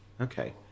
Okay